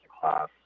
class